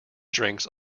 drinks